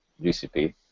GCP